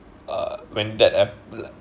uh when that happened